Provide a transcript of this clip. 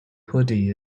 hoodie